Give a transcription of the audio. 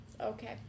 Okay